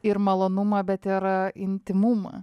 ir malonumą bet ir intymumą